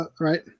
right